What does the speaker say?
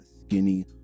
Skinny